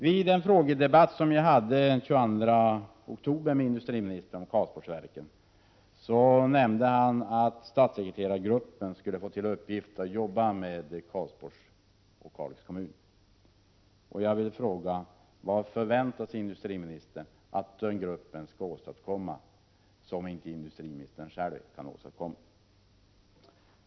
Vid en frågedebatt som jag hade med industriministern den 22 oktober om Karlsborgsverken nämnde han att statssekreterargruppen skulle få till uppgift att jobba med Karlsborgsverken och Kalix kommun. Jag vill fråga: Vad förväntar sig industriministern att den gruppen skall åstadkomma, som inte industriministern själv kan åstadkomma?